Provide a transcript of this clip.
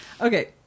Okay